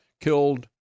killed